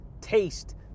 taste